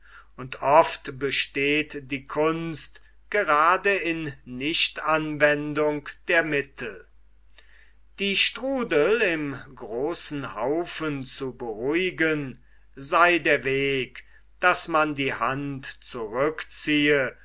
und oft besteht die kunst grade in nichtanwendung der mittel die strudel im großen haufen zu beruhigen sei der weg daß man die hand zurückziehe